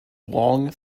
long